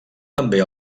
també